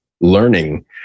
learning